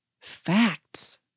Facts